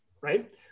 right